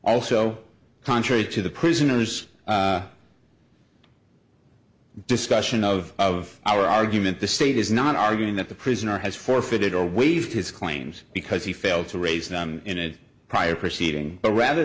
also contrary to the prisoner's discussion of of our argument the state is not arguing that the prisoner has forfeited or waived his claims because he failed to raise them in a prior proceeding but rather